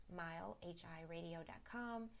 MileHIRadio.com